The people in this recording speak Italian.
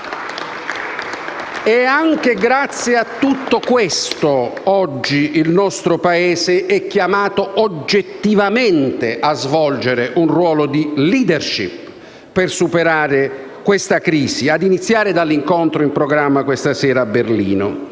Anche grazie a tutto questo, oggi il nostro Paese è chiamato oggettivamente a svolgere un ruolo di *leadership* per superare questa crisi, a iniziare dall'incontro in programma questa sera a Berlino.